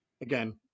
again